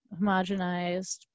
homogenized